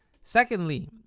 Secondly